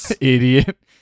Idiot